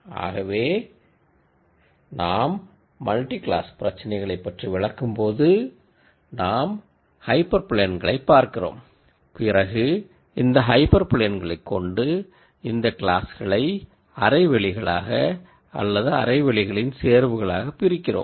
ஆகவே நாம் multi class பிரச்சினைகளை பற்றி விளக்கும்போது நாம் ஹைபர் பிளேன்களை பார்க்கிறோம் பிறகு இந்த ஹைப்பர் பிளேன்களை கொண்டு இந்த கிளாஸ்களை ஹாஃப் ஸ்பேஸ்களாக அல்லது ஹாஃப் ஸ்பேஸ்களின் காம்பினேஷன்களாக பிரிக்கிறோம்